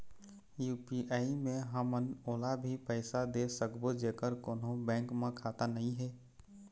UPI मे हमन ओला भी पैसा दे सकबो जेकर कोन्हो बैंक म खाता नई हे?